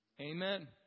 Amen